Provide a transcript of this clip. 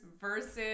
versus